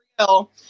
real